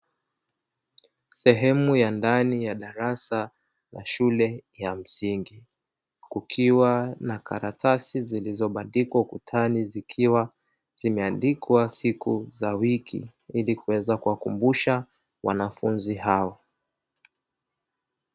Sehemu ya ndani ya darasa la shule ya msingi, kukiwa na karatasi zilizobandikwa ukutani zikiwa zimeandikwa siku za wiki ili kuweza kuwakumbusha wanafunzi hao.